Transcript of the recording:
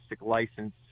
license